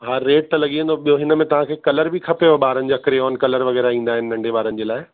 हा रेट त लॻी वेंदो ॿियो हिनमें तव्हांखे कलर बि खपेव ॿारनि जा क्रियॉन कलर वगै़रह ईंदा आहिनि नंढे ॿारनि जे लाइ